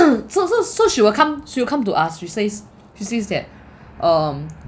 so so so she will come she will come to us she says she says that um